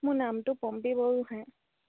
মোৰ নামটো পম্পী বৰগোঁহাই